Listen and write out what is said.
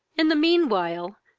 in the mean while,